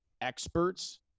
experts